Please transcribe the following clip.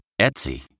Etsy